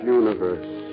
universe